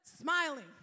smiling